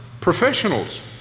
professionals